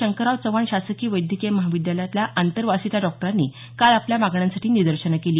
शंकरराव चव्हाण शासकीय वैद्यकीय महाविद्यालयातल्या आंतरवासिता डॉक्टरांनी काल आपल्या मागण्यांसाठी निदर्शनं केली